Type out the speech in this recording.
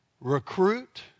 recruit